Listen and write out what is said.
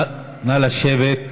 נא לשבת.